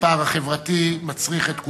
הפער החברתי מצריך את כולנו,